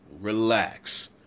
Relax